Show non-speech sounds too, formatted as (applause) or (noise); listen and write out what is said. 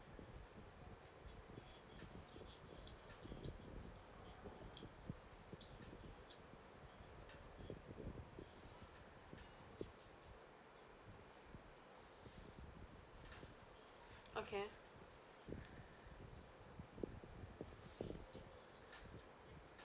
okay (breath)